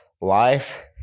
Life